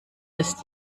dass